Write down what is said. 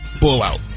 Blowout